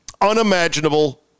Unimaginable